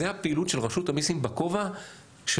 זאת הפעילות של רשות המיסים בכובע של